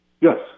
yes